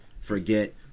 forget